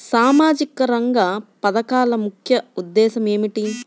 సామాజిక రంగ పథకాల ముఖ్య ఉద్దేశం ఏమిటీ?